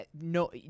No